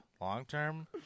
long-term